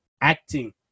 acting